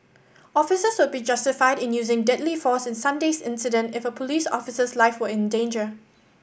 officers would be justified in using deadly force in Sunday's incident if a police officer's life were in danger